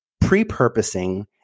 pre-purposing